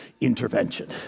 intervention